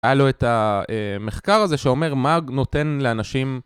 היה לו את המחקר הזה שאומר מה נותן לאנשים